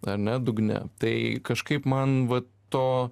ar ne dugne tai kažkaip man va to